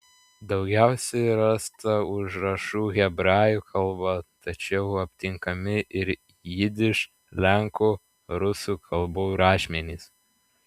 daugiausiai rasta užrašų hebrajų kalba tačiau aptinkami ir jidiš lenkų rusų kalbų rašmenys